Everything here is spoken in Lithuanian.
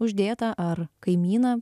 uždėtą ar kaimyną